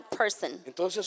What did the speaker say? person